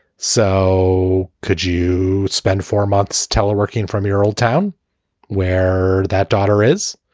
so could you spend four months teleworking from your old town where that daughter is?